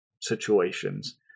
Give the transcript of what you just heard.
situations